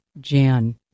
Jan